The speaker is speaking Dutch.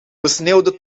besneeuwde